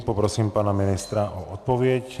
Poprosím pana ministra o odpověď.